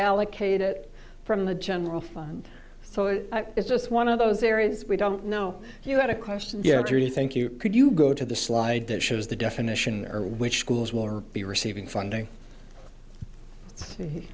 allocate it from the general fund so it's just one of those areas we don't know if you had a question thank you could you go to the slide that shows the definition or which schools will be receiving funding